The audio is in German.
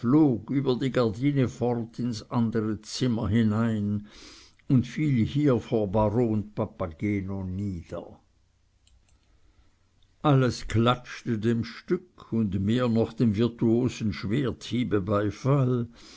über die gardine fort ins andere zimmer hinein und fiel hier vor baron papageno nieder alles klatschte dem stück und mehr noch dem virtuosen schwerthiebe beifall